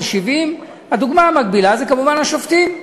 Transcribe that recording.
70. הדוגמה המקבילה היא כמובן השופטים.